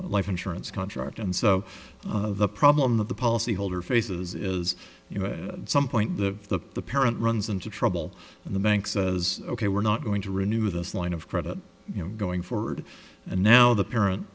life insurance contract and so the problem that the policyholder faces is you know some point the parent runs into trouble in the bank says ok we're not going to renew this line of credit you know going forward and now the parent